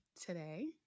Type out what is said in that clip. today